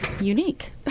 unique